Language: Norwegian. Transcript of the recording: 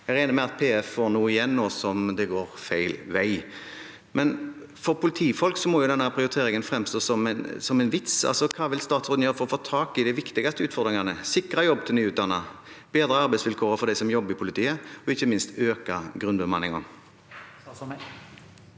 Jeg regner med at PF får noe igjen nå som det går feil vei. For politifolk må denne prioriteringen fremstå som en vits. Altså: Hva vil statsråden gjøre for å få tak i de viktigste utfordringene – sikre jobb til nyutdannede, bedre arbeidsvilkårene for dem som jobber i politiet, og ikke minst øke grunnbemanningen?